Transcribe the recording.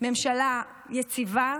ממשלה יציבה,